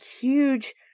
huge